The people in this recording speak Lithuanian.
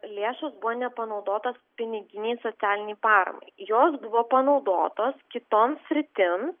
lėšos buvo nepanaudotas piniginei socialinei paramai jos buvo panaudotos kitoms sritims